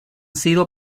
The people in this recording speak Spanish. sido